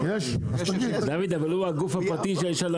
הוא הגוף הפרטי.